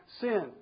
sin